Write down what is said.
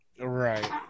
Right